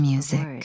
Music